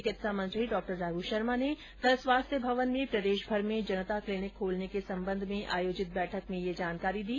चिकित्सा मंत्री डॉ रघू शर्मा ने कल स्वास्थ्य भवन में प्रदेश भर में जनता क्लीनिक खोलने के सम्बंध में आयोजित बैठक में ये जानकारी दी